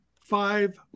five